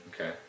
Okay